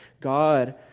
God